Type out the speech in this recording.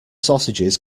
sausages